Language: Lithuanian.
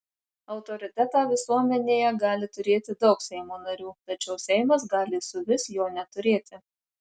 autoritetą visuomenėje gali turėti daug seimo narių tačiau seimas gali suvis jo neturėti